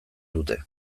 dute